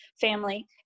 family